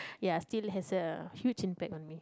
ya still has a huge impact on me